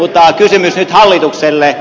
mutta kysymys nyt hallitukselle